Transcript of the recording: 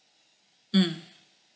mm